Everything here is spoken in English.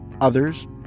others